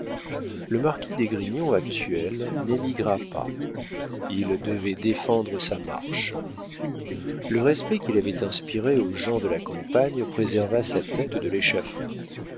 le marquis d'esgrignon actuel n'émigra pas il devait défendre sa marche le respect qu'il avait inspiré aux gens de la campagne préserva sa tête de